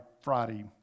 Friday